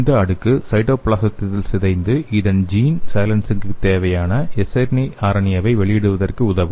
இந்த அடுக்கு சைட்டோபிளாஸத்தில் சிதைந்து இது ஜீன் சைலன்சிங்கிற்கு தேவையான siRNA ஐ வெளியிடுவதற்கு உதவும்